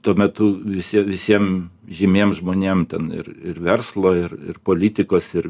tuo metu visie visiem žymiem žmonėm ten ir ir verslo ir ir politikos ir